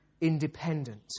independent